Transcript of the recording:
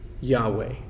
Yahweh